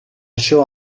show